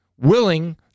willing